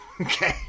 Okay